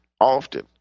often